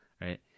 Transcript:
right